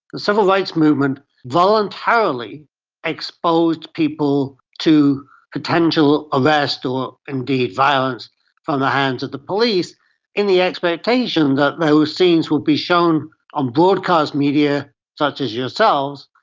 the civil rights movement voluntarily exposed people to potential arrest or indeed violence from the hands of the police in the expectation that those scenes would be shown on broadcast media such as yourselves,